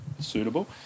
suitable